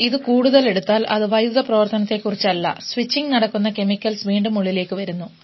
എന്നാൽ ഇത് കൂടുതൽ എടുത്താൽ അത് വൈദ്യുത പ്രവർത്തനത്തെക്കുറിച്ചല്ല സ്വിച്ചിങ് നടക്കുന്ന കെമിക്കൽസ് വീണ്ടും ഉള്ളിലേക്ക് വരുന്നു